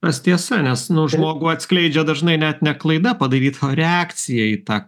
tas tiesa nes nu žmogų atskleidžia dažnai net ne klaida padaryta o reakcija į tą